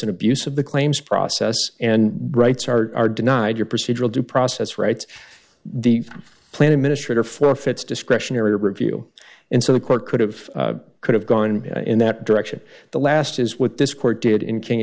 an abuse of the claims process and rights are denied your procedural due process rights the plan administrator forfeits discretionary review and so the court could have could have gone in that direction the last is what this court did in king